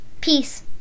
Peace